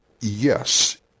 yes